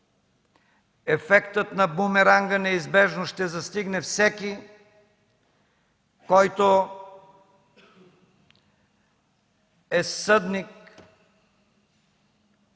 Ефектът на бумеранга неизбежно ще застигне всеки, който е съдник